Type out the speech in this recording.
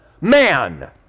man